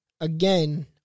Again